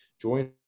join